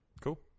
Cool